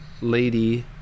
lady